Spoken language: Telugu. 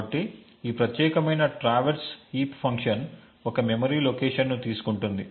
కాబట్టి ఈ ప్రత్యేకమైన ట్రావెర్స్ హీప్ ఫంక్షన్ ఒక మెమరీ లొకేషన్ ను తీసుకుంటుంది